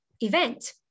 event